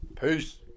Peace